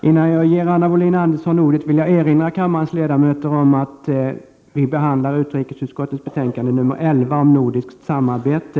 Innan jag ger Anna Wohlin-Andersson ordet vill jag erinra kammarens ledamöter om att vi behandlar utrikesutskottets betänkande nr 11 om nordiskt samarbete.